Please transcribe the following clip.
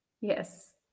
Yes